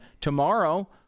tomorrow